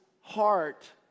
heart